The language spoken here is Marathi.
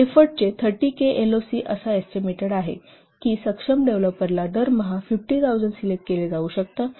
एफोर्टचे 30 केएलओसी असा एस्टीमेटेड आहे की सक्षम डेव्हलपरना दरमहा 50000 सिलेक्ट केले जाऊ शकतात